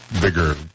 bigger